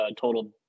total